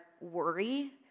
worry